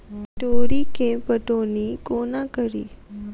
तोरी केँ पटौनी कोना कड़ी?